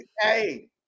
Hey